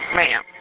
ma'am